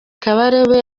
kabarebe